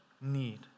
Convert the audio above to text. need